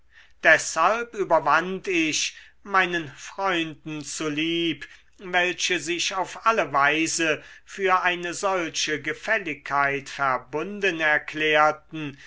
deshalb überwand ich meinen freunden zu lieb welche sich auf alle weise für eine solche gefälligkeit verbunden erklärten